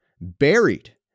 buried